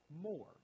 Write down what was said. more